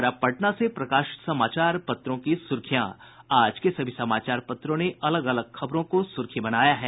और अब पटना से प्रकाशित समाचार पत्रों की सुर्खियां आज के सभी समाचार पत्रों ने अलग अलग खबरों को सुर्खी बनाया है